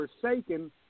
forsaken